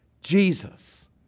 Jesus